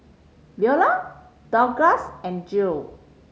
Veola Douglass and Jill